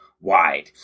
wide